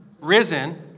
risen